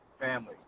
family